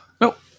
Nope